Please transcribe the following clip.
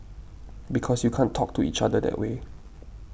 because you can't talk to each other that way